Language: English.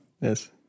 Yes